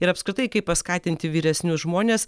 ir apskritai kaip paskatinti vyresnius žmones